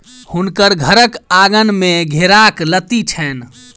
हुनकर घरक आँगन में घेराक लत्ती छैन